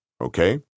okay